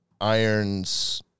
irons